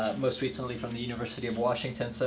most recently from the university of washington. so